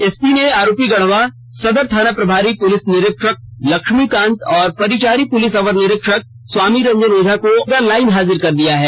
SP ने आरोपी गढ़वा सदर थाना प्रभारी पुलिस निरीक्षक लक्ष्मीकांत और परिचारी पुलिस अवर निरीक्षक स्वामी रंजन ओझा को लाइन हाजिर कर दिया है